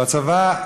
והצבא,